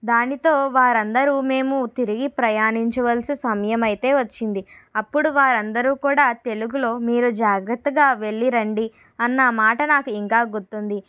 దానితో వారందరూ మేము తిరిగి ప్రయాణించవలసి సమయం అయితే వచ్చింది అప్పుడు వారందరూ కూడా తెలుగులో మీరు జాగ్రత్తగా వెళ్ళిరండి అన్న మాట నాకు ఇంకా గుర్తుంది